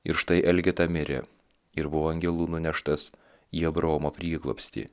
ir štai elgeta mirė ir buvo angelų nuneštas į abraomo prieglobstį